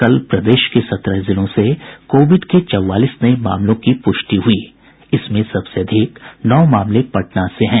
कल प्रदेश के सत्रह जिलों से कोविड के चौवालीस नये मामलों की पुष्टि हुई इसमें सबसे अधिक नौ मामले पटना से हैं